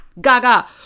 gaga